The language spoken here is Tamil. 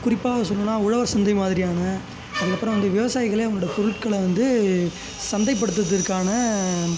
குறிப்பாக சொல்லணுன்னா உழவர் சந்தை மாதிரியான அதுக்கப்புறம் வந்து விவசாயிகளே அவங்களோட பொருட்களை வந்து சந்தைப்படுத்துவதற்கான